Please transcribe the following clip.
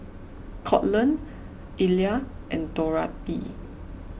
Courtland Illya and Dorathy